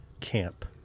Camp